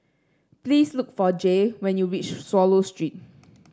please look for Jaye when you reach Swallow Street